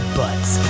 butts